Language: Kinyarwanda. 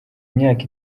imyaka